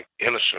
innocent